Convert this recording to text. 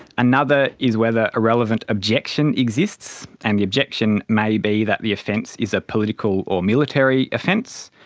another is whether a relevant objection exists, and the objection may be that the offence is a political or military offence,